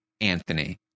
anthony